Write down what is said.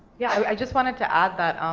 yeah, i just wanted to add, that